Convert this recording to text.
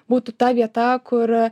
būtų ta vieta kur